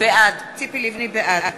בעד